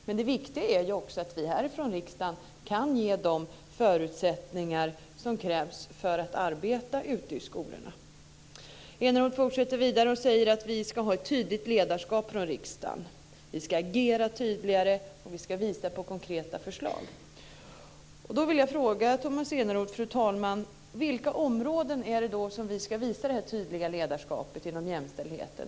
Men det viktiga är ju också att vi här i riksdagen kan ge de förutsättningar som krävs för att arbeta ute i skolorna. Tomas Eneroth säger vidare att vi i riksdagen ska ha ett tydligt ledarskap. Vi ska agera tydligare, och vi ska visa på konkreta förslag. Fru talman! Då vill jag fråga Tomas Eneroth på vilka områden det är som vi ska visa det här tydliga ledarskapet inom jämställdheten.